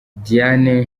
diane